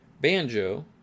banjo